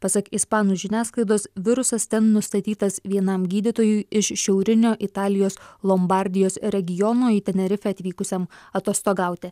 pasak ispanų žiniasklaidos virusas ten nustatytas vienam gydytojui iš šiaurinio italijos lombardijos regiono į tenerifę atvykusiam atostogauti